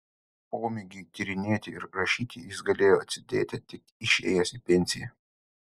pomėgiui tyrinėti ir rašyti jis galėjo atsidėti tik išėjęs į pensiją